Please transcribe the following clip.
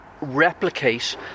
replicate